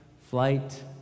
flight